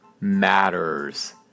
matters